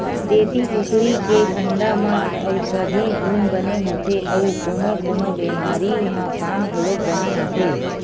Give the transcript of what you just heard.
देसी कुकरी के अंडा म अउसधी गुन बने होथे अउ कोनो कोनो बेमारी म काम घलोक बने आथे